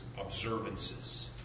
observances